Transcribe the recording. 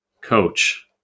coach